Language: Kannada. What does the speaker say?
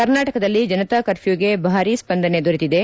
ಕರ್ನಾಟಕದಲ್ಲಿ ಜನತಾ ಕರ್ಫ್ಯೂಗೆ ಭಾರಿ ಸ್ವಂದನೆ ದೊರೆತಿದೆ